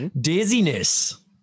Dizziness